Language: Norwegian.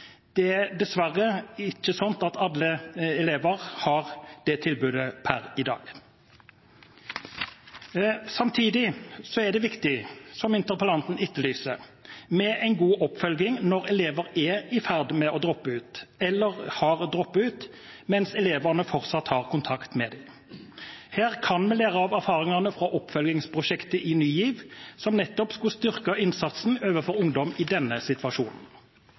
Det er dessverre ikke slik at alle elever har det tilbudet per i dag. Samtidig er det viktig, som interpellanten etterlyser, med en god oppfølging når elever er i ferd med å droppe ut eller har droppet ut mens skolene fortsatt har kontakt med dem. Her kan vi lære av erfaringene fra oppfølgingsprosjektet i Ny GIV, som nettopp skulle styrke innsatsen overfor ungdom i denne situasjonen.